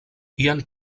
ian